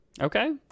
Okay